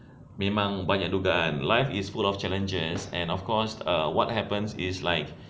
memang banyak dugaan life is full of challenges and of course what happens is like